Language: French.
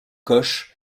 koch